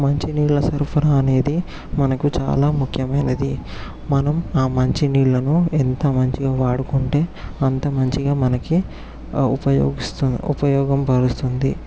మంచి నీళ్ల సరఫరా అనేది మనకు చాలా ముఖ్యమైనది మనం ఆ మంచి నీళ్లను ఎంత మంచిగా వాడుకుంటే అంత మంచిగా మనకి ఉపయోగిస్తు ఉపయోగపడుతుంది